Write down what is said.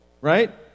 right